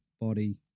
body